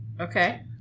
Okay